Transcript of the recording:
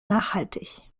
nachhaltig